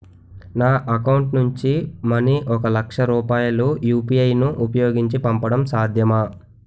నా అకౌంట్ నుంచి మనీ ఒక లక్ష రూపాయలు యు.పి.ఐ ను ఉపయోగించి పంపడం సాధ్యమా?